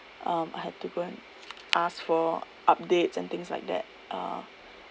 um I had to go and ask for updates and things like that uh